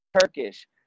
Turkish